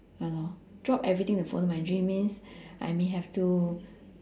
ya lor drop everything to follow my dream means I may have to